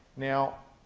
now,